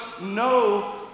no